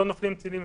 אם לא נופלים טילים,